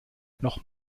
noch